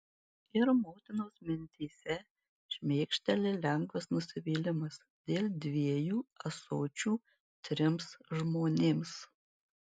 ir motinos mintyse šmėkšteli lengvas nusivylimas dėl dviejų ąsočių trims žmonėms